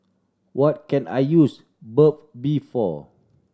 what can I use Burt Bee for